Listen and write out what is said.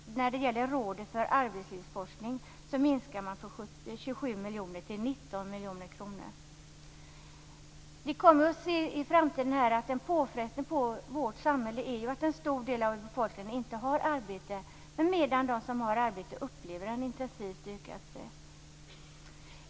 När det gäller Rådet för arbetslivsforskning vill man minska anslaget från 27 miljoner kronor till 19 miljoner kronor. I framtiden kommer vi att se att en påfrestning på vårt samhälle är att en stor del av befolkningen inte har arbete medan de som har arbete upplever en intensivt ökad stress.